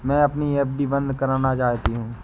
मैं अपनी एफ.डी बंद करना चाहती हूँ